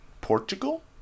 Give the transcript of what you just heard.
Portugal